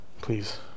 Please